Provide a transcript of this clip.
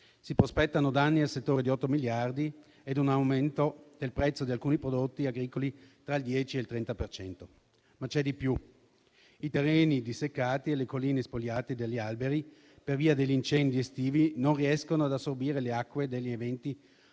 si prospettano danni al settore di 8 miliardi e un aumento del prezzo di alcuni prodotti agricoli fra il 10 e il 30 per cento. Ma c'è di più: i terreni disseccati e le colline spogliate dagli alberi per via degli incendi estivi non riescono ad assorbire le acque degli eventi